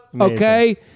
Okay